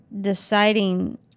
deciding